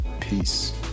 Peace